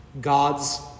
God's